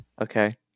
Okay